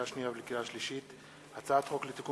לקריאה שנייה ולקריאה שלישית: הצעת חוק לתיקון